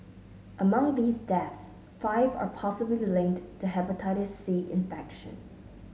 among these deaths five are possibly linked to Hepatitis C infection